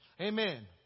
Amen